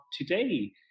today